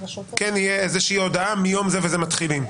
כן תהיה הודעה של מיום זה וזה מתחילים.